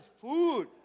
food